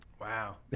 wow